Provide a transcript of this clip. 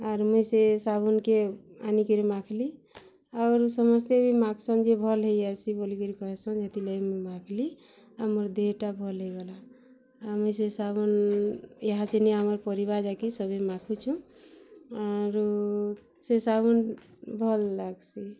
ଆର୍ ମୁଇଁ ସେ ସାବୁନ୍ କେ ଆନିକରି ମାଖ୍ଲି ଆରୁ ସମସ୍ତେ ବି ମାଖ୍ସନ୍ ଯେ ଭଲ୍ ହେଇଯାସି ବୋଲିକରି କହେସନ୍ ସେଥିର୍ଲାଗି ମୁଇଁ ମାଖ୍ଲି ଆମର୍ ଦିହିଟା ଭଲ୍ ହେଇଗଲା ଆମେ ସେ ସାବୁନ୍ ଇହାଦେ ପରିବାର ନେଇକେ ସଭିଁ ମାଖୁଚୁଁ ଆରୁ ସେ ସାବୁନ୍ ଭଲ୍ ଲାଗ୍ସି